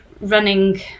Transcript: running